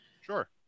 Sure